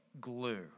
glue